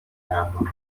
aho